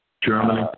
Germany